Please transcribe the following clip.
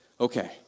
Okay